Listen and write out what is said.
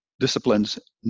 Disciplines